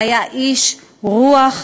שהיה איש רוח,